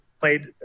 Played